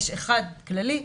יש אחד כללי,